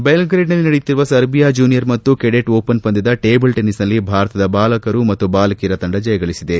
ಬೆಲ್ಗ್ರೇಡ್ನಲ್ಲಿ ನಡೆಯುತ್ತಿರುವ Serbia junior ಮತ್ತು cadet open ಪಂದ್ಲದ ಟೇಬಲ್ ಟೆನಿಸ್ನಲ್ಲಿ ಭಾರತದ ಬಾಲಕರ ಮತ್ತು ಬಾಲಕಿಯರ ತಂಡ ಜಯಗಳಿಸಿದೆ